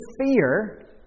fear